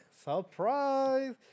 Surprise